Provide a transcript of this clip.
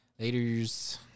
Laters